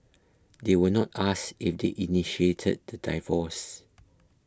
they were not asked if they initiated the divorce